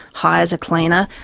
hires a cleaner,